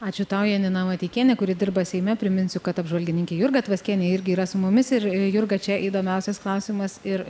ačiū tau janina mateikienė kuri dirba seime priminsiu kad apžvalgininkė jurga tvaskienė irgi yra su mumis ir jurga čia įdomiausias klausimas ir